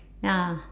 ya